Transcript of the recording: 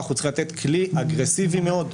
כאן אנחנו צריכים לתת כלי אגרסיבי מאוד.